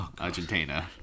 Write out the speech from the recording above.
Argentina